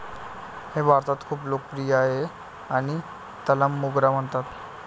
हे भारतात खूप लोकप्रिय आहे आणि त्याला मोगरा म्हणतात